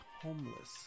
homeless